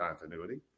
continuity